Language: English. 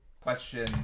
question